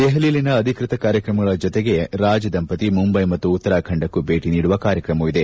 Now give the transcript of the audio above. ದೆಪಲಿಯಲ್ಲಿನ ಅಧಿಕೃತ ಕಾರ್ಯಕ್ರಮಗಳ ಜೊತೆಗೆ ರಾಜ ದಂಪತಿ ಮುಂಬೈ ಮತ್ತು ಉತ್ತರಖಂಡಕ್ಕೂ ಭೇಟಿ ನೀಡುವ ಕಾರ್ಯಕ್ರಮವಿದೆ